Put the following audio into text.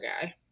guy